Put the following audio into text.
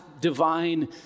divine